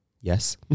yes